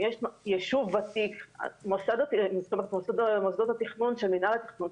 אם יש ישוב ותיק, מוסדות התכנון של מינהל התכנון